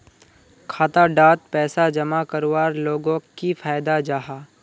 खाता डात पैसा जमा करवार लोगोक की फायदा जाहा?